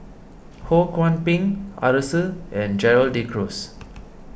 Ho Kwon Ping Arasu and Gerald De Cruz